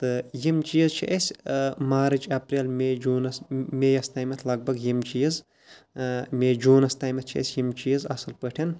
تہٕ یِم چیٖز چھِ أسۍ مارٕچ اٮ۪پریل مے جوٗنَس مے یَس تامَتھ لگ بگ یِم چیٖز مے جوٗنَس تامَتھ چھِ أسۍ یِم چیٖز اَصٕل پٲٹھۍ